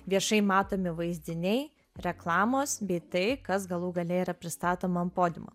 viešai matomi vaizdiniai reklamos bei tai kas galų gale yra pristatoma ant podiumo